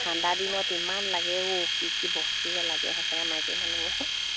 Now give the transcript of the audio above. ঠাণ্ডা দিনত ইমান লাগেঅ কি কি বস্তু যে লাগে সঁচাকে মাইকী মানুহক